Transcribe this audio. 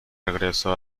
regreso